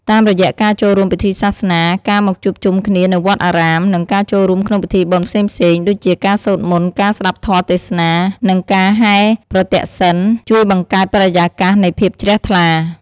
តាមរយៈការចូលរួមពិធីសាសនា ការមកជួបជុំគ្នានៅវត្តអារាម និងការចូលរួមក្នុងពិធីបុណ្យផ្សេងៗ ដូចជាការសូត្រមន្ត ការស្ដាប់ធម៌ទេសនា និងការហែរប្រទក្សិណ ជួយបង្កើតបរិយាកាសនៃភាពជ្រះថ្លា។